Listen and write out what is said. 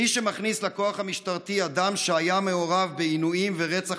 מי שמכניס לכוח המשטרתי אדם שהיה מעורב בעינויים ורצח